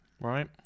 Right